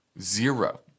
zero